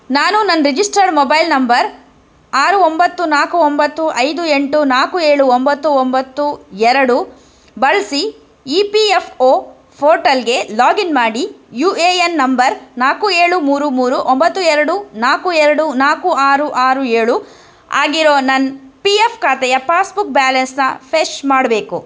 ನಾನು ನನ್ನ registered mobile number ಆರು ಒಂಬತ್ತು ನಾಲ್ಕು ಒಂಬತ್ತು ಐದು ಎಂಟು ನಾಲ್ಕು ಏಳು ಒಂಬತ್ತು ಒಂಬತ್ತು ಎರಡು ಬಳಸಿ ಈ ಪಿ ಎಫ್ ಓ ಫೋರ್ಟಲ್ಗೆ ಲಾಗ್ ಇನ್ ಮಾಡಿ ಯು ಎ ಎನ್ ನಂಬರ್ ನಾಲ್ಕು ಏಳು ಮೂರು ಮೂರು ಒಂಬತ್ತು ಎರಡು ನಾಲ್ಕು ಎರಡು ನಾಲ್ಕು ಆರು ಆರು ಏಳು ಆಗಿರೋ ನನ್ನ ಪಿ ಎಫ್ ಖಾತೆಯ ಪಾಸ್ಬುಕ್ ಬ್ಯಾಲೆನ್ಸ್ನ ಫ್ರೆಶ್ ಮಾಡಬೇಕು